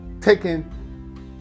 taking